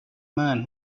man